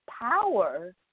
Power